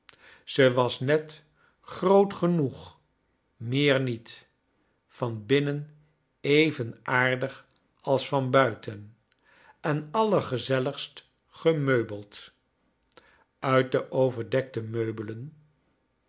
ze was net groot genoeg meer niet van binnen even aardig als van buiten en allergezeliigst gemeubeld uit de overdekte meubelen